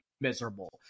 miserable